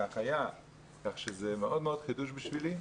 כך שזה חידוש מאוד גדול בשבילי.